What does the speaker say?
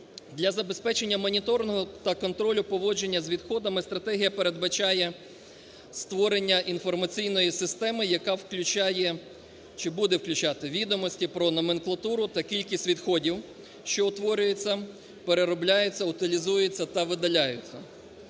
Для забезпечення моніторингу та контролю поводження з відходами Стратегія передбачає створення інформаційної системи, яка включає… чи буде включати відомості про номенклатуру та кількість відходів, що утворюється, переробляється, утилізується та видаляється.